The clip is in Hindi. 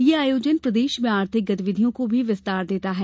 ये आयोजन प्रदेश में आर्थिक गतिविधियों को भी विस्तार देता है